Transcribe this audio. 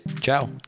Ciao